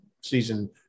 season